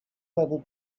level